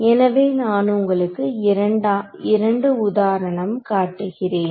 எனவே நான் உங்களுக்கு இரண்டு உதாரணம் காட்டுகிறேன்